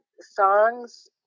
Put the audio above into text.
songs